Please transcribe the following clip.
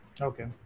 Okay